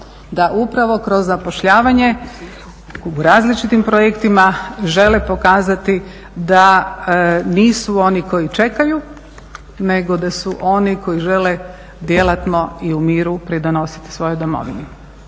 da upravo kroz zapošljavanje u različitim projektima žele pokazati da nisu oni koji čekaju, nego da su oni koji žele djelatno i u miru pridonositi svojoj domovini.